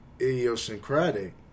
idiosyncratic